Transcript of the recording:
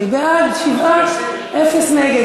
קודם כול, אוקיי, שבעה בעד, אין נגד.